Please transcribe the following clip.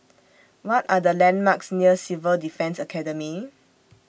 What Are The landmarks near Civil Defence Academy